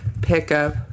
pickup